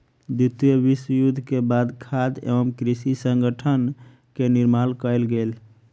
द्वितीय विश्व युद्ध के बाद खाद्य एवं कृषि संगठन के निर्माण कयल गेल